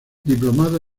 diplomado